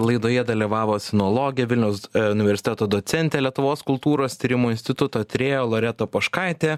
laidoje dalyvavo sinologė vilniaus universiteto docentė lietuvos kultūros tyrimų instituto tyrėja loreta poškaitė